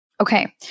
Okay